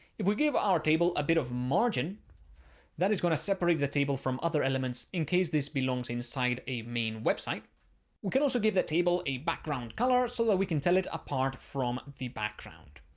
if we gave our table a bit of margin that is going to separate the table from other elements in case this belongs inside a main website we can also give the table a background color so that we can tell it apart from the background.